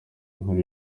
inkuru